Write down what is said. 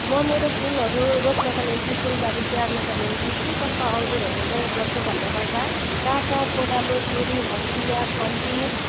म मेरो फुलहरू रोप्नका निम्ति फुलबारी स्याहार्नका निम्ति के कस्ता औजारहरू प्रयोग गर्छु भन्न पर्दा काँटा कोदालो छुरी हँसिया खन्ती